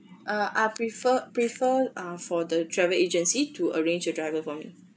uh I'll prefer prefer uh for the travel agency to arrange a driver for me